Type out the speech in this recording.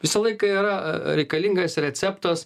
visą laiką yra reikalingas receptas